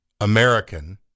American